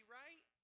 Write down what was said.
right